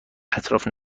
اطراف